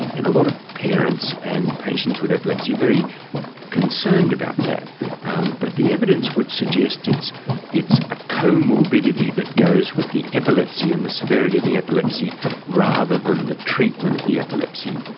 and a lot of parents and patients with epilepsy are very concerned about that um but the evidence would suggest it's it's a co-morbidity that goes with the epilepsy and the severity of the epilepsy rather than the treatment of the epilepsy.